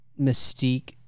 mystique